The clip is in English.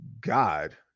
God